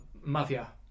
mafia